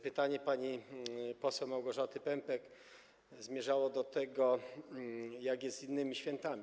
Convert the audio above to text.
Pytanie pani poseł Małgorzaty Pępek zmierzało do tego, jak to jest z innymi świętami.